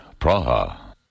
Praha